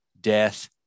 death